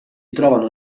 trovano